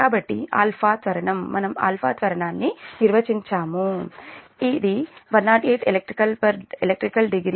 కాబట్టి α త్వరణం మనం α త్వరణాన్ని నిర్వచించాము 108 elect degree Sec2